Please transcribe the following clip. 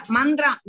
Mandra